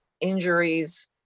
injuries